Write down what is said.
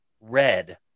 red